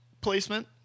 placement